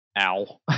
Ow